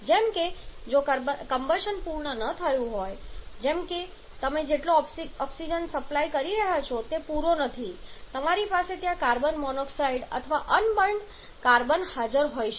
જેમ કે જો કમ્બશન પૂર્ણ ન થયું હોય જેમ કે તમે જેટલો ઓક્સિજન સપ્લાય કરી રહ્યાં છો તે પૂરો નથી તમારી પાસે ત્યાં કાર્બન મોનોક્સાઇડ અથવા અનબર્ન્ડ બળ્યા વગર નો કાર્બન હાજર હોઈ શકે છે